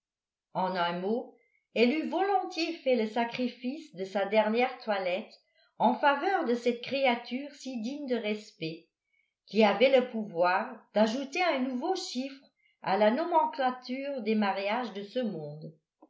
en un mot elle eût volontiers fait le sacrifice de sa dernière toilette en faveur de cette créature si digne de respect qui avait le pouvoir d'ajouter un nouveau chiffre à la nomenclature des mariages de ce monde